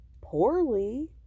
poorly